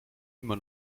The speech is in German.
immer